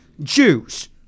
Jews